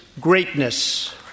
greatness